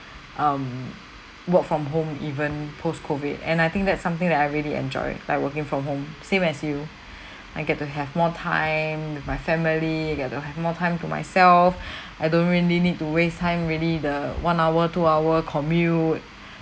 um work from home even post COVID and I think that's something that I really enjoy like working from home same as you I get to have more time with my family you get to have more time to myself I don't really need to waste time really the one-hour two-hour commute